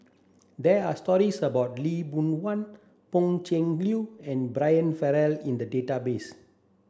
there are stories about Lee Boon Wang Pan Cheng Lui and Brian Farrell in the database